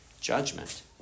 judgment